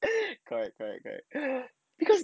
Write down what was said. correct correct correct because